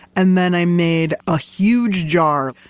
and then i made a huge jar,